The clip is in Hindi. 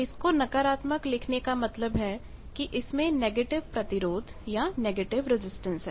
इसको नकारात्मक लिखने का मतलब है कि इसमें नेगेटिव प्रतिरोध negative resistanceनेगेटिव रेजिस्टेंस है